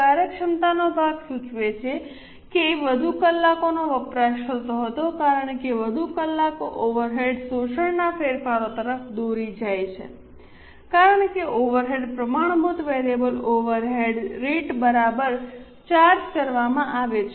કાર્યક્ષમતાનો ભાગ સૂચવે છે કે વધુ કલાકોનો વપરાશ થતો હતો કારણ કે વધુ કલાકો ઓવરહેડ શોષણના ફેરફારો તરફ દોરી જાય છે કારણ કે ઓવરહેડ્સ પ્રમાણભૂત વેરીએબલ ઓવરહેડ રેટ બરાબર ચાર્જ કરવામાં આવે છે